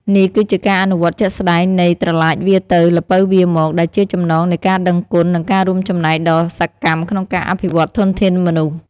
នេះគឺជាការអនុវត្តជាក់ស្តែងនៃ "ត្រឡាចវារទៅ ល្ពៅវារមក" ដែលជាចំណងនៃការដឹងគុណ និងការរួមចំណែកដ៏សកម្មក្នុងការអភិវឌ្ឍធនធានមនុស្ស។